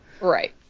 Right